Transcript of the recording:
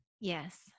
Yes